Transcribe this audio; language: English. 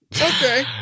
Okay